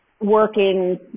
working